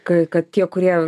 ka kad tie kurie